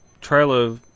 trailer